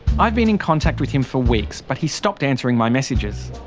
i've been in contact with him for weeks, but he's stopped answering my messages.